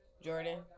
Jordan